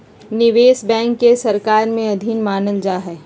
निवेश बैंक के सरकार के अधीन मानल जा हइ